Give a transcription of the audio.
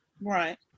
Right